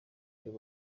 ibyo